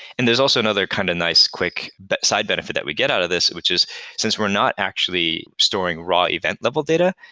and there's also another kind and nice quick but side benefit that we get out of this, which is since we're not actually storing raw event level data,